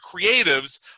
creatives